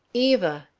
eva!